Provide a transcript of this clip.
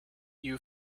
you